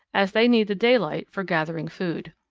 as they need the daylight for gathering food.